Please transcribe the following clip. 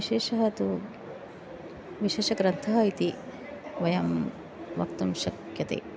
विशेषः तु विशेषग्रन्थः इति वयं वक्तुं शक्यते